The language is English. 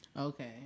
Okay